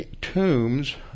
tombs